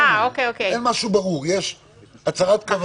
אין משהו ברור, יש הצהרת כוונות.